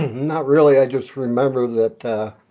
not really. i just remember that the